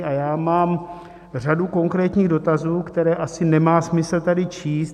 A já mám řadu konkrétních dotazů, které asi nemá smysl tady číst.